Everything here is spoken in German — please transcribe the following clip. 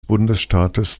bundesstaates